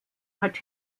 hat